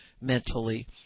mentally